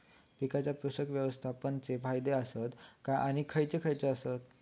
पीकांच्या पोषक व्यवस्थापन चे फायदे आसत काय आणि खैयचे खैयचे आसत?